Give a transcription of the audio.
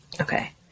Okay